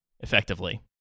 Effectively